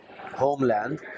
homeland